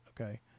okay